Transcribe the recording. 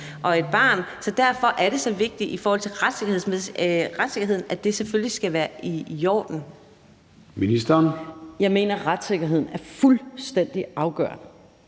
og et barn, så derfor er det så vigtigt i forhold til retssikkerheden, at det selvfølgelig skal være i orden. Kl. 21:55 Formanden (Søren Gade): Ministeren.